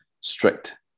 strict